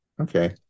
Okay